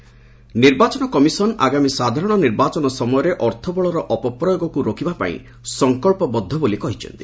EC meeting ନିର୍ବାଚନ କମିଶନ ଆଗାମୀ ସାଧାରଣ ନିର୍ବାଚନ ସମୟରେ ଅର୍ଥବଳର ଅପପ୍ରୟୋଗକ୍ତ ରୋକିବାପାଇଁ ସଙ୍କଚ୍ଚବଦ୍ଧ ବୋଲି କହିଛି